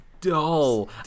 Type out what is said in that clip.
dull